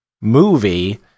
movie